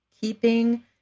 Keeping